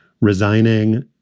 resigning